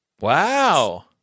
Wow